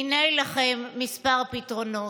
הינה לכם כמה פתרונות: